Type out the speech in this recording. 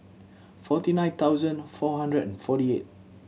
forty nine thousand four hundred and forty eight